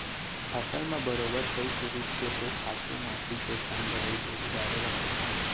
फसल म बरोबर कइ पुरूत के तो खातू माटी के संग दवई गोली डारे बर परथे